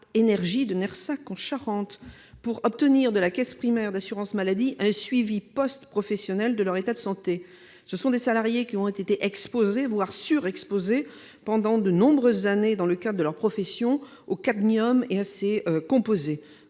Energy de Nersac, en Charente, pour obtenir de la caisse primaire d'assurance maladie un suivi post-professionnel de leur état de santé. Ces salariés ont été exposés, voire surexposés, pendant de nombreuses années, dans le cadre de leur profession, au cadmium et à ses composés.